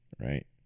Right